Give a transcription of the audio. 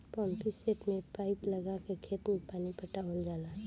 pumpset में pipe लगा के खेत में पानी पटावल जाला